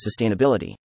sustainability